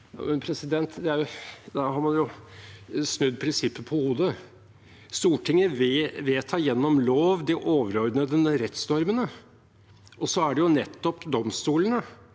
lovgiver.» Da har man jo snudd prinsippet på hodet. Stortinget vedtar gjennom lov de overordnede rettsnormene, og så er det nettopp domstolene